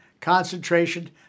concentration